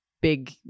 big